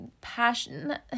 passion